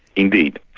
indeed.